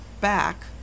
back